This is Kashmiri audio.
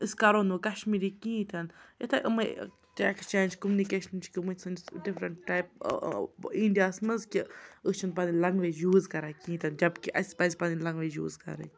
أسۍ کَرو نہٕ وۄنۍ کَشمیٖری کِہیٖنۍ تہِ نہٕ یِتھَے یِمَے اٮ۪کٕسچینٛج کوٚمنِکیشَن چھِ گٔمٕتۍ سٲنِس ڈِفرَنٛٹ ٹایپ اِنٛڈیاہَس منٛز کہِ أسۍ چھِنہٕ پَنٕنۍ لنٛگویج یوٗز کَران کِہیٖنۍ تہِ نہٕ جبکہِ اَسہِ پَزِ پَنٕنۍ لنٛگویج یوٗز کَرٕنۍ